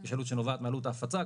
יש עלות שנובעת מעלות ההפצה,